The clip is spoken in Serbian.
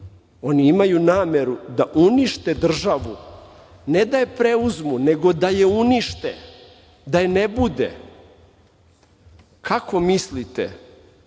oni imaju nameru da unište državu, ne da je preuzmu, nego da je unište, da je ne bude. Kako mislite